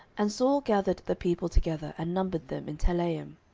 and saul gathered the people together, and numbered them in telaim,